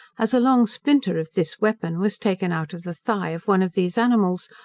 as a long splinter of this weapon was taken out of the thigh of one of these animals,